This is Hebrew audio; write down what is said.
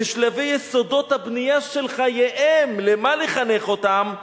בשלבי יסודות הבנייה של חייהם" למה לחנך אותם?